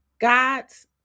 God's